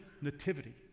Nativity